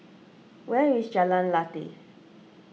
where is Jalan Lateh